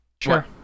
Sure